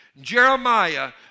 Jeremiah